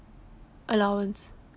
allowance